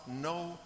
no